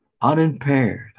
unimpaired